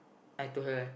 I told her